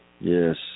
Yes